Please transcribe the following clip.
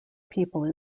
people